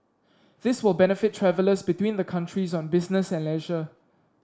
this will benefit travellers between the countries on business and leisure